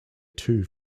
two